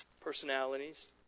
personalities